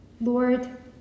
Lord